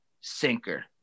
sinker